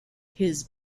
his